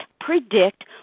predict